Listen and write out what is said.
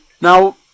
Now